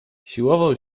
siłował